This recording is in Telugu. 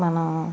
మనము